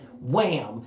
wham